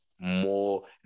More